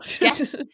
Yes